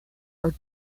are